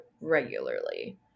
regularly